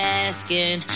asking